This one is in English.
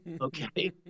Okay